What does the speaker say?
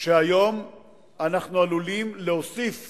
שהיום אנחנו עלולים להוסיף